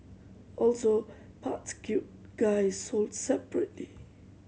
also parts cute guy sold separately